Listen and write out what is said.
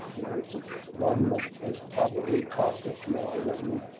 you know, it's and kind of one that has probably cost us more than,